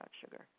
sugar